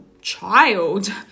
child